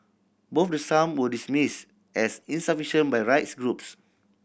both the sum were dismissed as insufficient by rights groups